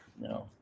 No